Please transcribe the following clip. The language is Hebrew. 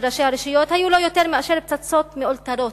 של ראשי הרשויות היו לא יותר מאשר פצצות מאולתרות,